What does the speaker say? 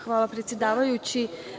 Hvala predsedavajući.